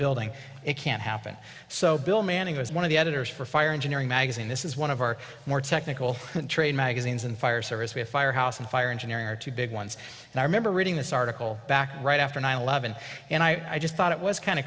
building it can't happen so bill manning was one of the editors for a fire engine magazine this is one of our more technical train magazines and fire service we have fire house and fire engineering are two big ones and i remember reading this article back right after nine eleven and i just thought it was kind